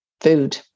food